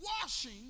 washing